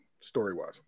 story-wise